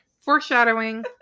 Foreshadowing